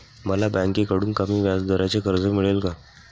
मला बँकेकडून कमी व्याजदराचे कर्ज मिळेल का?